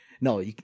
No